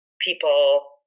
people